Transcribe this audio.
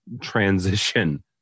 transition